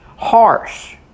Harsh